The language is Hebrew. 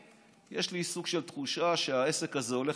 יש לי סוג של תחושה שהעסק הזה הולך